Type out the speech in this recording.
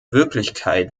wirklichkeit